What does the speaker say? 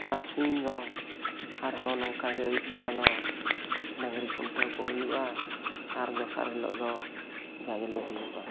ᱛᱟᱨᱟᱥᱤᱧ ᱫᱚ ᱟᱨᱦᱚᱸ ᱱᱚᱝᱠᱟ ᱜᱮ ᱟᱹᱭᱩᱵ ᱵᱮᱲᱟ ᱫᱚ ᱰᱟᱝᱨᱤ ᱠᱷᱩᱱᱴᱟᱹᱣ ᱠᱚ ᱦᱩᱭᱩᱜᱼᱟ ᱟᱨ ᱫᱚᱥᱟᱨ ᱦᱤᱞᱳᱜ ᱫᱚ ᱡᱟᱡᱽᱞᱮ ᱦᱩᱭᱩᱜᱼᱟ